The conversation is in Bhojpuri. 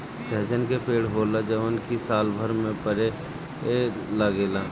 सहजन के पेड़ होला जवन की सालभर में फरे लागेला